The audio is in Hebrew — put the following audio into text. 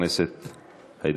אדוני.